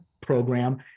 program